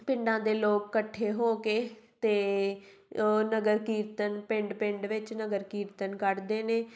ਪਿੰਡਾਂ ਦੇ ਲੋਕ ਇਕੱਠੇ ਹੋ ਕੇ ਅਤੇ ਉਹ ਨਗਰ ਕੀਰਤਨ ਪਿੰਡ ਪਿੰਡ ਵਿੱਚ ਨਗਰ ਕੀਰਤਨ ਕੱਢਦੇ ਨੇ